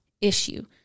issue